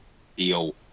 feel